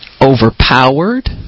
Overpowered